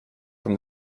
from